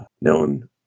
known